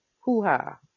hoo-ha